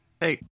Hey